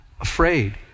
Afraid